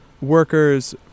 workers